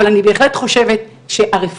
אבל אני בהחלט חושבת שהרפורמה,